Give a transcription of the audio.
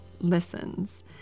listens